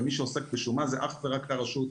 ומי שעוסק בשומה זה אך ורק הרשות.